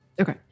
Okay